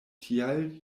tial